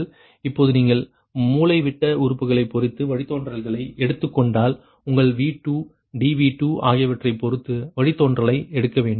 இப்போது நீங்கள் மூலைவிட்ட உறுப்புகளைப் பொறுத்து வழித்தோன்றலை எடுத்துக் கொண்டால் உங்கள் V2 dV2 ஆகியவற்றைப் பொறுத்து வழித்தோன்றல் எடுக்க வேண்டும்